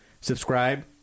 subscribe